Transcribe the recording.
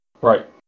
right